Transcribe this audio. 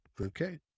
Okay